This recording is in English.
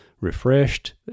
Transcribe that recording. refreshed